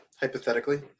Hypothetically